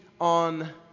on